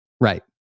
Right